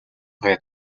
туяа